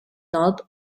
nord